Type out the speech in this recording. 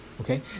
Okay